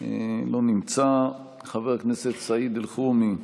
לא נמצא, חבר הכנסת סעיד אלחרומי,